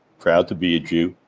proud to be a jew,